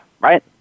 right